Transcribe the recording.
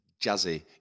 jazzy